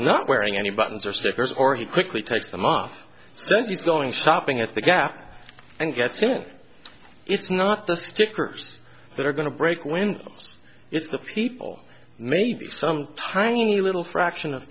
not wearing any buttons or stickers or he quickly takes them off since he's going shopping at the gap and gets going it's not the stickers that are going to break wind it's the people maybe some tiny little fraction of